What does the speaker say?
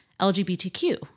LGBTQ